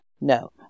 No